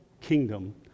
kingdom